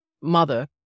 mother